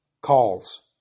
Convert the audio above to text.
calls